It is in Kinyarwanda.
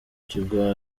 kigwa